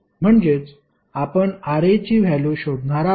म्हणजेच आपण Ra ची व्हॅल्यु शोधणार आहोत